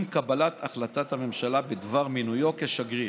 עם קבלת החלטת הממשלה בדבר מינויו לשגריר.